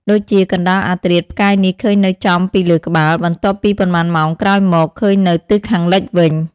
ដូចជាកណ្ដាលអាធ្រាត្រផ្កាយនេះឃើញនៅចំពីលើក្បាល បន្ទាប់ពីប៉ុន្មានម៉ោងក្រោយមកឃើញនៅទិសខាងលិចវិញ ។